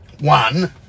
one